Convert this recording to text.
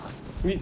me